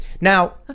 Now